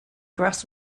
grass